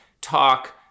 talk